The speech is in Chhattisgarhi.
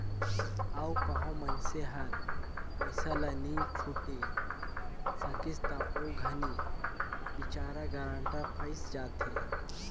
अउ कहों मइनसे हर पइसा ल नी छुटे सकिस ता ओ घनी बिचारा गारंटर फंइस जाथे